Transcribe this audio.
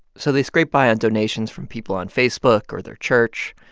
so they scrape by on donations from people on facebook or their church.